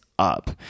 Up